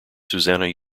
susannah